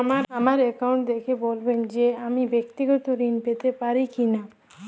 আমার অ্যাকাউন্ট দেখে বলবেন যে আমি ব্যাক্তিগত ঋণ পেতে পারি কি না?